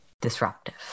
disruptive